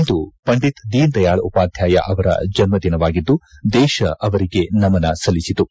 ಇಂದು ಪಂಡಿತ್ ದೀನ್ ದಯಾಳ್ ಉಪಾಧ್ನಾಯ ಅವರ ಜನ್ನದಿನವಾಗಿದ್ಲು ದೇಶ ಅವರಿಗೆ ನಮನ ಸಲ್ಲಿಸಿತು